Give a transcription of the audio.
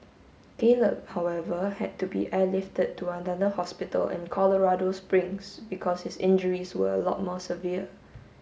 Caleb however had to be airlifted to another hospital in Colorado Springs because his injuries were a lot more severe